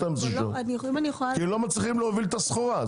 שעות כי הם לא מצליחים להוביל את הסחורה.